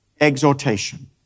exhortation